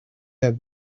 have